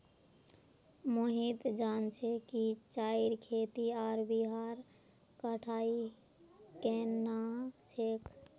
मोहित जान छ कि चाईर खेती आर वहार कटाई केन न ह छेक